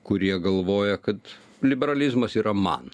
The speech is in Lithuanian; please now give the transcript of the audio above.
kurie galvoja kad liberalizmas yra man